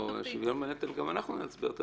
שוויון בנטל גם אנחנו נצביע.